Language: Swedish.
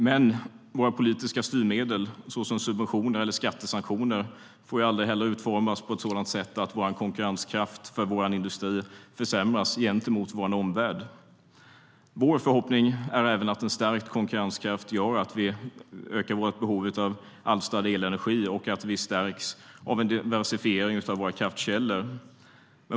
Men våra politiska styrmedel, såsom subventioner och skattesanktioner, får aldrig utformas så att konkurrenskraften för vår industri försämras gentemot vår omvärld. Sverigedemokraternas förhoppning är att en stärkt konkurrenskraft gör att vi ökar vårt behov av alstrad elenergi och att vi stärks av en diversifiering av kraftkällor.